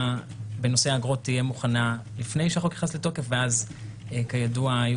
בנושא האגרות תהיה מוכנה לפני שהחוק נכנס לתוקף ואז כידוע היו